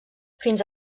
fins